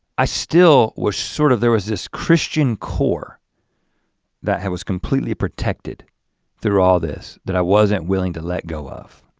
i still was sort of, there was this christian core that was completely protected through all this that i wasn't willing to let go of.